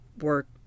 work